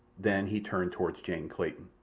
then he turned toward jane clayton.